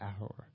hour